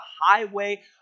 highway